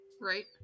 Right